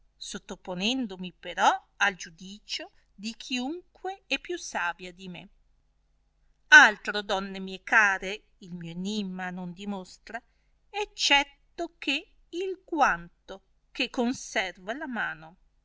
mio parere sottoponendomi però al giudicio di chiunche è più savia di me altro donne mie care il mio enimma non dimostra eccetto che il quanto che conserva la mano